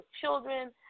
children